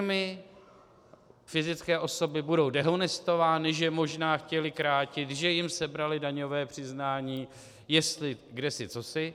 Firmy, fyzické osoby budou dehonestovány, že možná chtěly krátit, že jim sebrali daňové přiznání, kdesi cosi.